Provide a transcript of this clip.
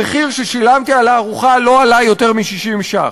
המחיר ששילמתי על הארוחה לא עלה על 60 ש"ח.